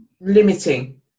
limiting